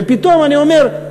ופתאום, אני אומר: